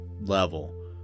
level